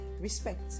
respect